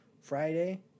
Friday